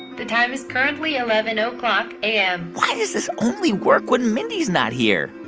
the time is currently eleven o'clock a m why does this only work when mindy's not here?